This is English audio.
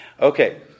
Okay